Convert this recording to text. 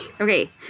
Okay